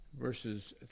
verses